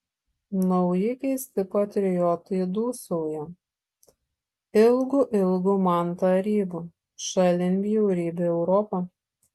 nauji keisti patriotai dūsauja ilgu ilgu man tarybų šalin bjaurybę europą